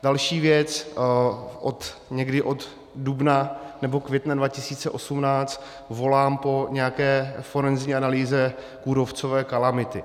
Další věc, někdy od dubna nebo května 2018 volám po nějaké forenzní analýze kůrovcové kalamity.